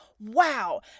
Wow